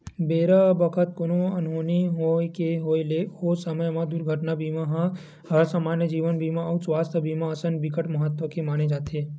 बेरा बखत कोनो अनहोनी के होय ले ओ समे म दुरघटना बीमा हर समान्य जीवन बीमा अउ सुवास्थ बीमा असन बिकट महत्ता के माने जाथे